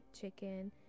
chicken